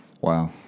Wow